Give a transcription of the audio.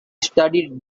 studied